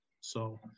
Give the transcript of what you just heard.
So-